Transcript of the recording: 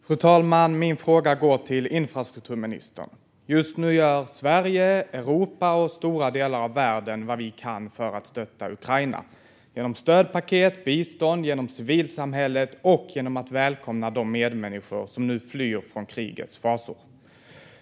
Fru talman! Min fråga går till infrastrukturministern. Just nu gör Sverige, Europa och stora delar av världen vad vi kan för att stötta Ukraina genom stödpaket, genom bistånd, genom civilsamhället och genom att välkomna de medmänniskor som nu flyr från krigets fasor.